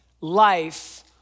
life